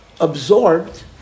absorbed